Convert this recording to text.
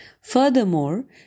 Furthermore